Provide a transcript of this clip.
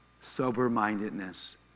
Sober-mindedness